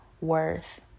worth